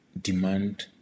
demand